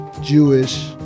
Jewish